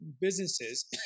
businesses